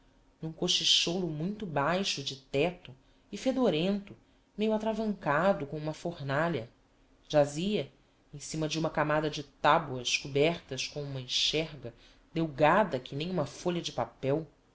paredes n'um cochichólo muito baixo de tecto e fedorento meio atravancado com uma fornalha jazia em cima de uma camada de taboas cobertas com uma enxerga delgada que nem uma folha de papel